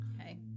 Okay